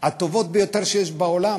הטובות ביותר שיש בעולם,